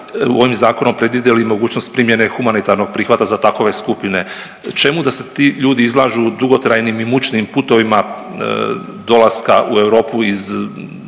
ovim zakonom predvidjeli i mogućnost primjene humanitarnog prihvata za takve skupine. Čemu da se ti ljudi izlažu dugotrajnim i mučnim putovima dolaska u Europu iz